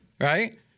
right